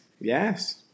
yes